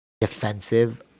defensive